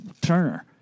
Turner